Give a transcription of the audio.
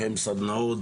לקיים סדנאות,